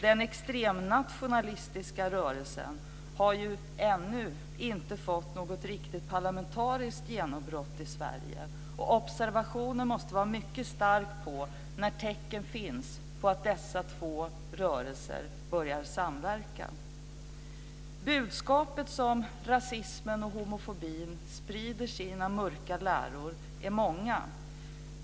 Den extremnationalistiska rörelsen har ännu inte fått något riktigt parlamentariskt genombrott i Sverige. Observationen måste vara mycket stark på när tecken finns på att dessa två rörelser börjar samverka. Budskapen som rasismen och homofobin sprider i sina mörka läror är många.